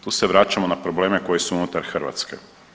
Tu se vraćamo na probleme koji su unutar Hrvatske.